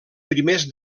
primers